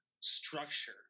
structure